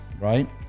right